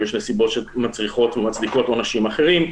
יש נסיבות שמצריכות ומצדיקות עונשים אחרים,